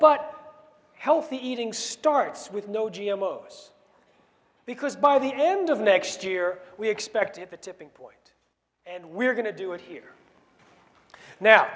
but healthy eating starts with no g m o's because by the end of next year we expect it the tipping point and we're going to do it here now